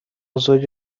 زوج